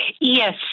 Yes